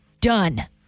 done